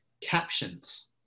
captions